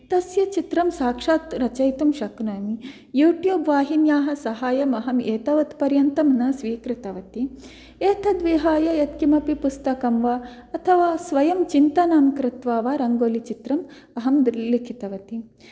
तस्य चित्रं साक्षात् रचयितुं शक्नोमि यूट्यूब् वाहिन्याः सहायं अहम् एतावत् पर्यन्तं न स्वीकृतवती एतद्विहाय यत् किमपि पुस्तकं वा अथवा स्वयं चिन्तनं कृत्वा वा रङ्गोली चित्रम् अहं लिखितवती